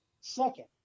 Second